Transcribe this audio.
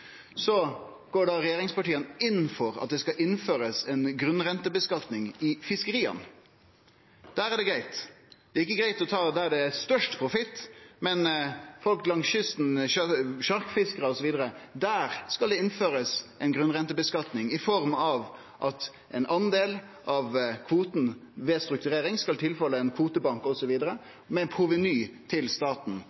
regjeringspartia inn for at det skal innførast ei grunnrenteskattlegging i fiskeria – der er det greitt. Det er ikkje greitt å ta det der det er størst profitt, men for folk langs kysten, sjarkfiskarar osv., skal det innførast ei grunnrenteskattlegging i form av at ein del av kvotene ved strukturering skal tilfalle ein kvotebank,